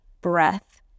breath